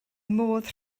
modd